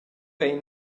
ein